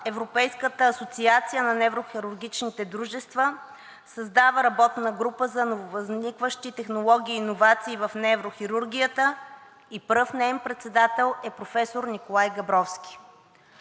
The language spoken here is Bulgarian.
Европейската асоциация на неврохирургичните дружества създава работна група за нововъзникващи технологии и иновации в неврохирургията и пръв неин председател е професор Николай Габровски.